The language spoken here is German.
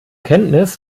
kenntnis